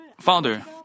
Father